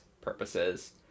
purposes